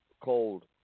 cold